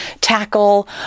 tackle